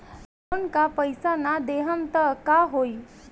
Loan का पैस न देहम त का होई?